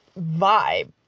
vibe